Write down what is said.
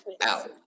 out